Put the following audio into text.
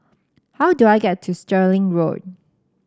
how do I get to Stirling Road